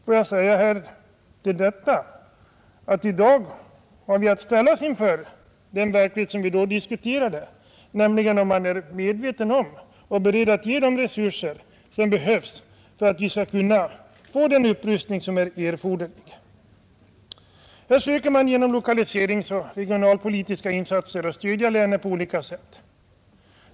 Får jag till detta säga, herr statsråd, att vi i dag ställs inför den verklighet som vi då diskuterade. Det gäller nämligen om man är beredd att ge de resurser som behövs för att vi skall få den erforderliga upprustningen. Här söker man genom lokaliseringsoch regionalpolitiska insatser stödja länet på olika sätt.